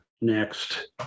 next